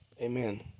Amen